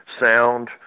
sound